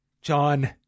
John